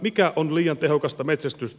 mikä on liian tehokasta metsästystä